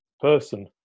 person